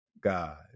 God